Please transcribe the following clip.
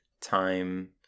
time